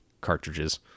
cartridges